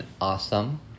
awesome